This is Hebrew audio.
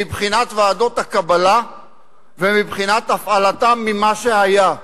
מבחינת ועדות הקבלה ומבחינת הפעלתן, ממה שהיה.